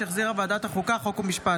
שהחזירה ועדת החוקה, חוק ומשפט.